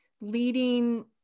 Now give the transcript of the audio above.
leading